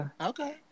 Okay